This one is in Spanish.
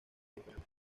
inferiores